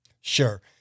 Sure